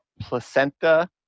placenta